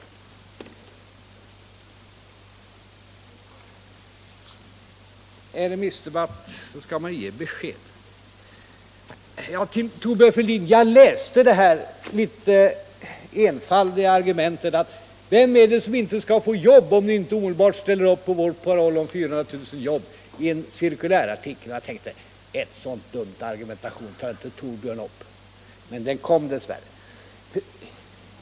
I en remissdebatt skall man ge besked, sade herr Fälldin. Jag läste i en cirkulärartikel den här litet enfaldiga frågan: Vem är det som inte skall få jobb, om socialdemokraterna inte omedelbart ställer upp på vår paroll om 400 000 nya jobb? Jag tänkte att en så dum argumentation kan inte Thorbjörn ta upp. Men den kom här ändå!